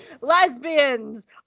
Lesbians